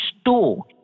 store